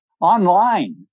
online